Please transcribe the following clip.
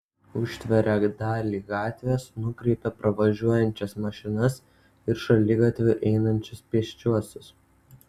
užtveria dalį gatvės nukreipia pravažiuojančias mašinas ir šaligatviu einančius pėsčiuosius